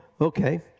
okay